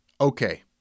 okay